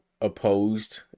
opposed